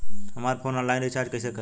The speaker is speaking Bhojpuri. हमार फोन ऑनलाइन रीचार्ज कईसे करेम?